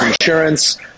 insurance